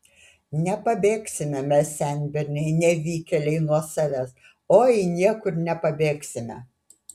nepabėgsime mes senberniai nevykėliai nuo savęs oi niekur nepabėgsime